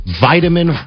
Vitamin